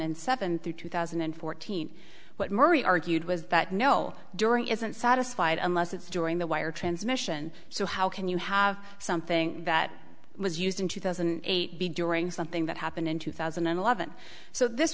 and seven through two thousand and fourteen what murray argued was that no during isn't satisfied unless it's during the wire transmission so how can you have something that was used in two thousand and eight be during something that happened in two thousand and eleven so this